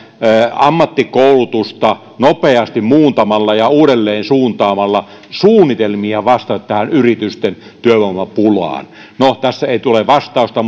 ammattikoulutusta nopeasti muuntamalla ja uudelleen suuntaamalla suunnitelmia vastata tähän yritysten työvoimapulaan no tässä ei tule vastausta